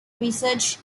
research